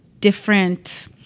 different